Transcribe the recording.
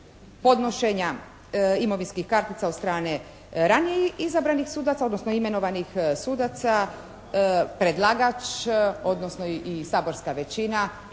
podnošenja imovinskih kartica od strane ranije izabranih sudaca odnosno imenovanih sudaca predlagač odnosno i saborska većina